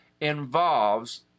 involves